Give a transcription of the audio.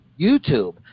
youtube